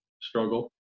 struggle